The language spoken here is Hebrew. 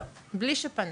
בלי שפנה.